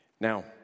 Now